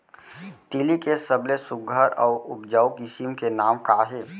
तिलि के सबले सुघ्घर अऊ उपजाऊ किसिम के नाम का हे?